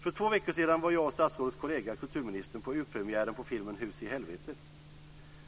För två veckor sedan var jag och statsrådets kollega kulturministern på urpremiären på filmen Husihelvete.